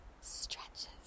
stretches